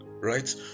Right